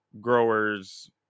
growers